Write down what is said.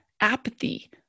apathy